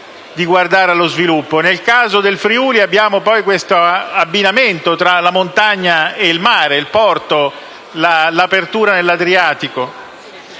Nel caso del Friuli, abbiamo poi questo abbinamento tra la montagna e il mare, il porto, l'apertura nell'Adriatico.